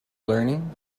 learning